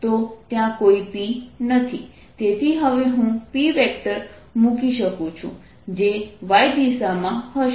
તેથી હવે હું Pમૂકી શકું છું જે y દિશામાં હશે